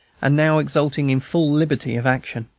and now exulting in full liberty of action.